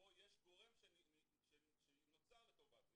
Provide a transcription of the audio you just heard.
פה יש גורם שנוצר לטובת זה.